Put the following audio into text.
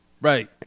right